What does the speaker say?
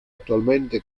attualmente